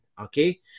okay